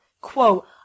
quote